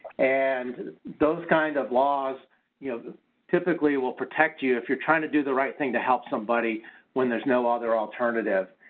and those kind of laws you know typically will protect you if you're trying to do the right thing to help somebody when there is no other alternative.